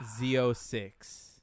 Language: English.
Z06